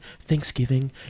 Thanksgiving